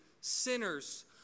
sinners